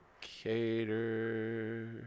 Cater